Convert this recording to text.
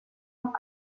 auch